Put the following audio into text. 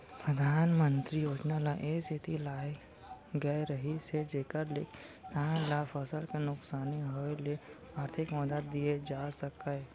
परधानमंतरी योजना ल ए सेती लाए गए रहिस हे जेकर ले किसान ल फसल के नुकसानी होय ले आरथिक मदद दिये जा सकय